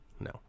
No